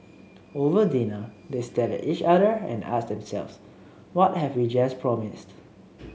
over dinner they stared at each other and asked themselves what have we just promised